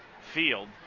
field